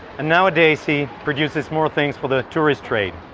and nowadays he produces more things for the tourist trade.